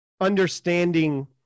understanding